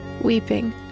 weeping